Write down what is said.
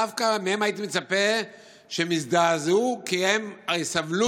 דווקא מהם הייתי מצפה שהם יזדעזעו, כי הם סבלו,